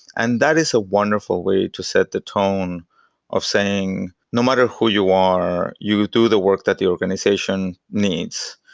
and that is a wonderful way to set the tone of saying no matter who you are, you do the work that the organization needs.